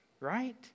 Right